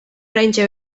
oraintxe